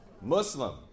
Muslim